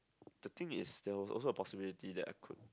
the thing there was also a possibility that I could